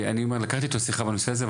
לקחתי איתו שיחה בנושא הזה,